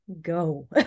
go